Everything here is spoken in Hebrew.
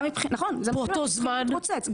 נכון, שצריכים להתרוצץ.